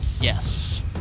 Yes